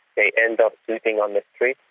they end up sleeping on the street,